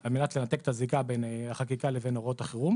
על מנת לנתק את הזיקה בין החקיקה לבין הוראות החירום.